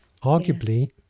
arguably